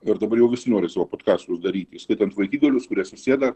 ir dabar jau visi nori savo podkastus darytis įskaitant vaikigalius kurie susėda